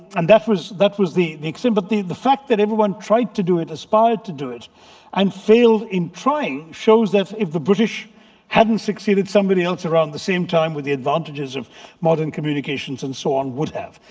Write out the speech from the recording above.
and that was that was the the sympathy, the fact that everyone tried to do it, aspired to do it and failed in trying shows that, if the british hadn't succeeded. somebody else around the same time with the advantages of modern communications and so on would have.